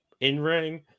in-ring